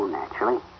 naturally